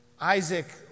Isaac